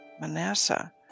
Manasseh